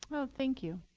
oh, thank you.